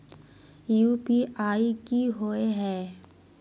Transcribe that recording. UPI की होय है?